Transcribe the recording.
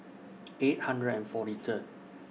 eight hundred and forty Third